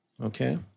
Okay